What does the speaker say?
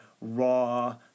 raw